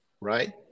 Right